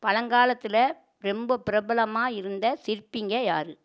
பழங்காலத்துல ரெம்ப பிரபலமாக இருந்த சிற்பிங்க யார்